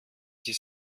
die